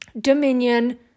dominion